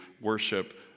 worship